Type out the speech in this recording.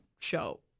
show